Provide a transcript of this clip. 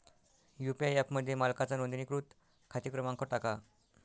UPI ॲपमध्ये मालकाचा नोंदणीकृत खाते क्रमांक टाका